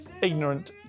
Ignorant